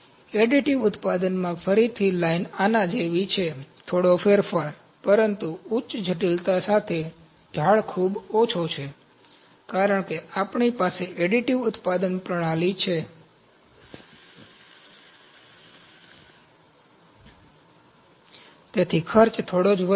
additive ઉત્પાદનમાં ફરીથી line આના જેવી છે થોડો ફેરફાર પરંતુ ઉચ્ચ જટિલતા સાથે ઢાળ ખૂબ ઓછો છે કારણ કે આપણી પાસે એડિટિવ ઉત્પાદન પ્રણાલી છે તેથી ખર્ચ થોડો જ વધશે